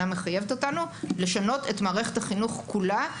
מחייבת אותנו לשנות את מערכת החינוך כולה.